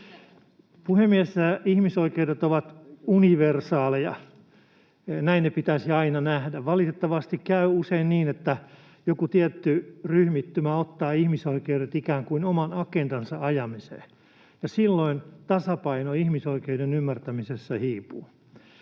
Puhemies! Ihmisoikeudet ovat universaaleja. Näin ne pitäisi aina nähdä. Valitettavasti käy usein niin, että joku tietty ryhmittymä ottaa ihmisoikeudet ikään kuin oman agendansa ajamiseen, ja silloin tasapaino ihmisoikeuden ymmärtämisessä hiipuu.